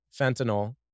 fentanyl